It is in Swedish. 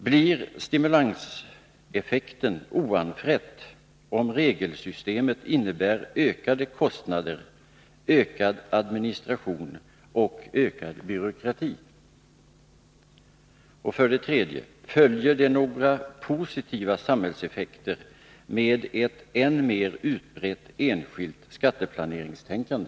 Blir stimulanseffekten oanfrätt om regelsystemet innebär ökade kostnader, ökad administration och ökad byråkrati? Följer det några positiva samhällseffekter med ett än mer utbrett enskilt skatteplaneringstänkande?